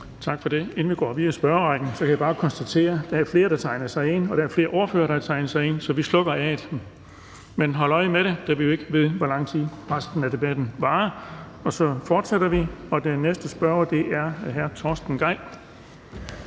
Tak for det. Inden vi går videre i spørgerrækken, kan jeg bare konstatere, at der er flere, der har tegnet sig ind, og at der er flere ordførere, der har tegnet sig ind. Så vi slukker for afstemningssignalet. Men hold øje med det, da vi jo ikke ved, hvor lang tid resten af debatten varer. Så fortsætter vi, og den næste spørger er hr. Torsten Gejl.